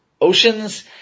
oceans